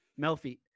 Melfi